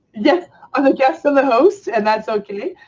yes, i'm the guest and the host and that's okay.